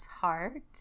heart